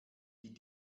die